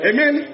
Amen